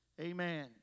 Amen